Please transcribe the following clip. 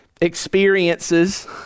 experiences